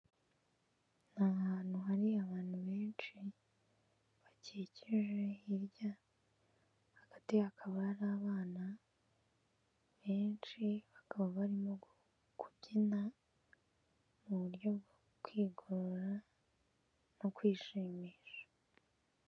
Ni ahantu hari abantu benshi bakikije hirya, hagati hakaba hari abana benshi, bakaba barimo kubyina mu buryo bwo kwigorora no kwishimisha.